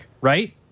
right